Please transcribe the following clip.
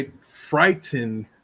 frightened